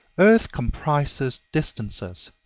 earth comprises distances,